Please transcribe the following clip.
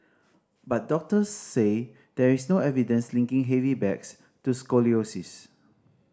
but doctors say there is no evidence linking heavy bags to scoliosis